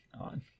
on